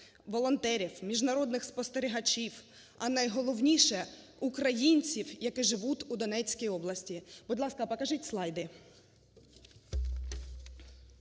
волонтерів, міжнародних спостерігачів, а найголовніше – українців, які живуть у Донецькій області. (Будь ласка, покажіть слайди).